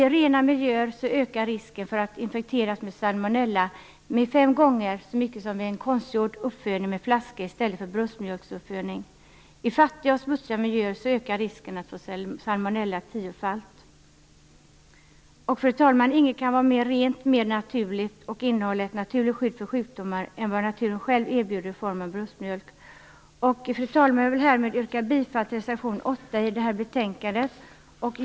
I rena miljöer ökar risken för att bli infekterad med salmonella med fem gånger vid flaskuppfödning i stället för bröstmjölksuppfödning. I fattiga och smutsiga miljöer ökar riskerna för salmonella tiofalt. Fru talman! Inget kan vara mera rent och naturligt än det som naturen själv erbjuder i form av bröstmjölk, som innehåller ett naturligt skydd mot sjukdomar. Jag yrkar härmed bifall till reservation 8 i betänkandet.